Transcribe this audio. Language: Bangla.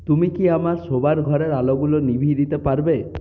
তুমি কি আমার শোবার ঘরের আলোগুলো নিভিয়ে দিতে পারবে